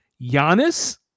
Giannis